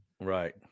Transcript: Right